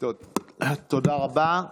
תודה רבה.